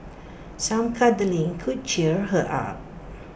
some cuddling could cheer her up